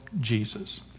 Jesus